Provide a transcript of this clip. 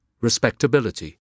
respectability